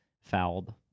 fouled